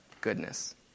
goodness